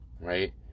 right